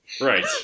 Right